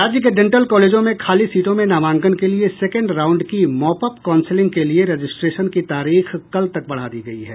राज्य के डेंटल कॉलेजों में खाली सीटों में नामांकन के लिए सेकेण्ड राउंड की मॉपअप काउंसिलिग के लिए रजिस्ट्रेशन की तारीख कल तक बढ़ा दी गयी है